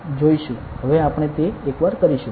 હવે આપણે તે એકવાર કરીશું